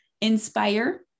inspire